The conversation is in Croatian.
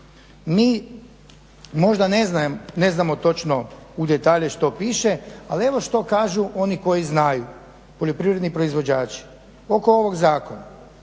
Mi možda ne znamo točno u detalje što piše, ali evo što kažu oni koji znaju, poljoprivredni proizvođači oko ovog zakona.